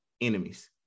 enemies